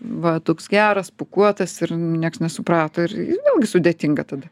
va toks geras pūkuotas ir nieks nesuprato ir vėlgi sudėtinga tada